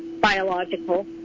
biological